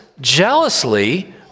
jealously